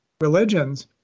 religions